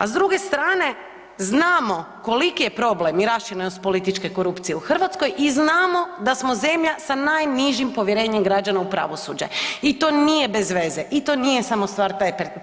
A s druge strane znamo koliki je problem i raširenost političke korupcije u Hrvatskoj i znamo da smo zemlja sa najnižim povjerenjem građana u pravosuđe i to nije bezveze i to nije samo stvar